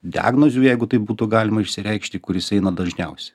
diagnozių jeigu taip būtų galima išsireikšti kuris eina dažniausia